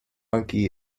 monkey